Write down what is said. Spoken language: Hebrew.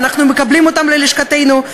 ואנחנו מקבלים אותן ללשכתנו.